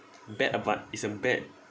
bad adva~ it's a bad